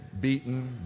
beaten